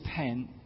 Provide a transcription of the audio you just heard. repent